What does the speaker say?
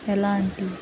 ఎలాంటి